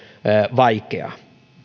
vaikeaa